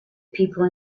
people